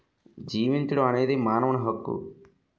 జీవించడం అనేది మానవుని హక్కు